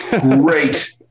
great